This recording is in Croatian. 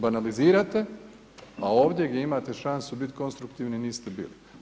Banalizirate, a ovdje gdje imate šansu konstruktivni, niste bili.